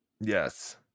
Yes